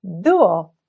Duo